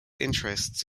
interests